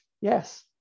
yes